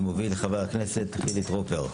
שמוביל חבר הכנסת חילי טרופר.